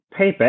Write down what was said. Payback